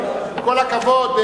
עם כל הכבוד,